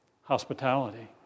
hospitality